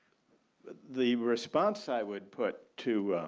but the response i would put to